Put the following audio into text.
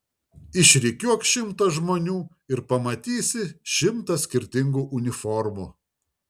išrikiuok šimtą žmonių ir pamatysi šimtą skirtingų uniformų